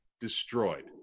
destroyed